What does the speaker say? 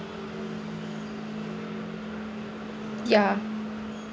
ya